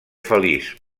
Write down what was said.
feliç